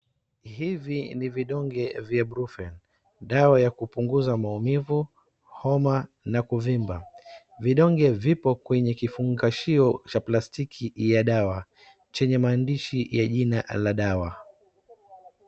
Hivi ni vidonge vya profen. Dawa ya kupunguza maumivu ,homa na kuvimba. Vidonge vipo kwenye kivungashio cha plastiki ya dawa chenye maandishi jina la dawa.